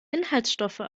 inhaltsstoffe